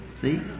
See